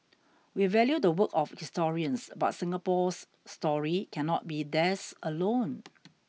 we value the work of historians but Singapore's story cannot be theirs alone